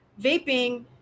vaping